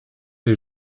les